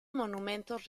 monumentos